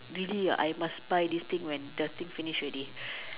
really ah I must buy this things when the thing finish already